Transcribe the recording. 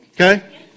okay